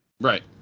Right